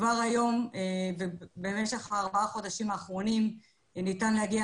כבר היום ובמשך הארבעה חודשים האחרונים ניתן להגיע